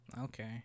okay